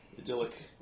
idyllic